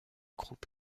groupe